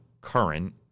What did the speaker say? current